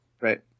Right